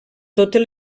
totes